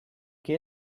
que